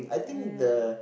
mm